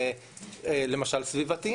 למשל סביבתיים.